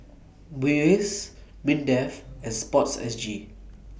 Muis Mindefand Sport S G